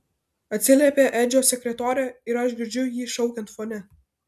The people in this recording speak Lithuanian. atsiliepia edžio sekretorė ir aš girdžiu jį šaukiant fone